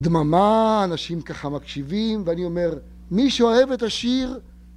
‫דממה, אנשים ככה מקשיבים, ‫ואני אומר, מי שאוהב את השיר...